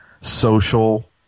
social